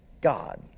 God